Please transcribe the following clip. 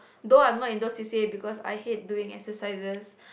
though I'm not in those c_c_a because I hate doing exercises